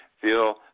feel